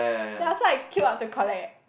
ya so I queue up to collect eh